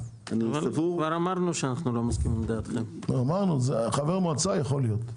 -- כבר אמרנו חבר מועצה יכול להיות.